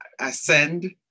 ascend